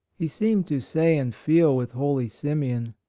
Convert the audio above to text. he seemed to say and feel with holy simeon,